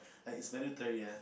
like it's mandatory ah